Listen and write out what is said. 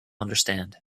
understand